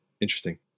Interesting